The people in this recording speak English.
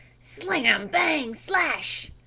slam! bang! slash!